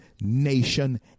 nation